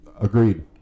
agreed